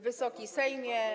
Wysoki Sejmie!